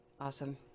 Awesome